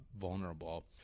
vulnerable